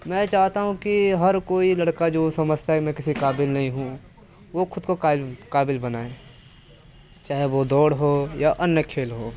मैं चाहता हूँ कि हर कोई लड़का जो समझता है मैं किसी काबिल नहीं हूँ वो खुद को काविल काबिल बनाए चाहे वो दौड़ हो या अन्य खेल हो